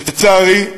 לצערי,